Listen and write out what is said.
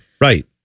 Right